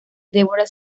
deborah